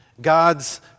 God's